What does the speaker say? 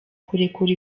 kurekura